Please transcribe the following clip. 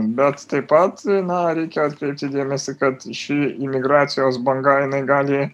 bet taip pat na reikia atkreipti dėmesį kad ši imigracijos banga jinai gali